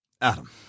Adam